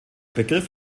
begriff